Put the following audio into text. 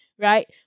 right